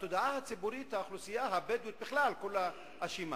בתודעה הציבורית האוכלוסייה הבדואית כולה אשמה.